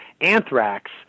Anthrax